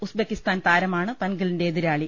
Uzbekistan താരമാണ് പൻഘലിന്റെ എതിരാളി